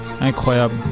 Incroyable